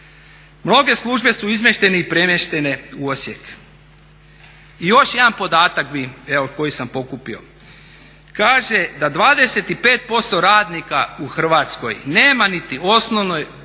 Mnoge službe su izmještene i premještene u Osijek. I još jedan podatak bi evo koji sam pokupio, kaže da 25% radnika u Hrvatskoj nema niti osnovne